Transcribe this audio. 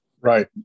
Right